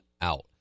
out